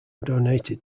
donated